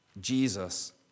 Jesus